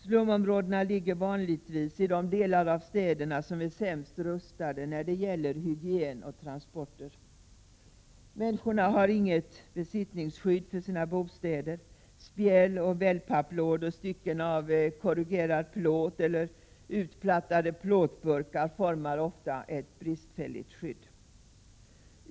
Slumområdena ligger vanligtvis i de delar av städerna som är sämst rustade när det gäller hygien och transporter. Människorna har inget besittningsskydd för sina bostäder. Spjäloch wellpapplådor, stycken av korrugerad plåt eller utplattade plåtburkar formar ofta ett bristfälligt skydd.